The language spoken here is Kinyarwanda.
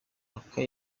mkapa